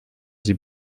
sie